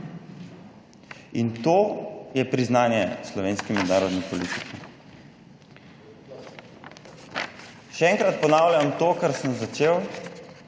To je priznanje slovenski mednarodni politiki. Še enkrat ponavljam to kar sem začel.